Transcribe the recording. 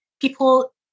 people